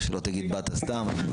שלא תגיד שבאת סתם.